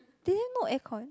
they didn't know aircon